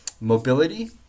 mobility